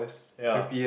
yeah